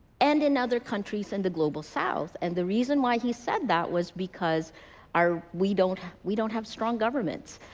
and in other countries in the global south. and the reason why he said that was because our, we don't, we don't have strong governments.